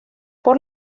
por